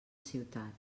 ciutat